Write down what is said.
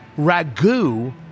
Ragu